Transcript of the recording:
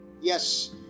Yes